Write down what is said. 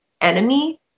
enemy